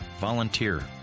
Volunteer